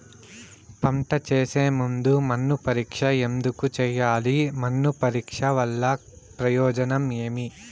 పంట వేసే ముందు మన్ను పరీక్ష ఎందుకు చేయాలి? మన్ను పరీక్ష వల్ల ప్రయోజనం ఏమి?